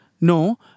No